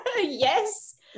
yes